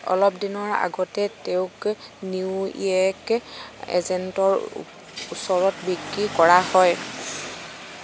অলপ দিনৰ আগতে তেওঁক নিউইয়ৰ্ক এজেণ্টৰ ওচৰত বিক্ৰী কৰা হয়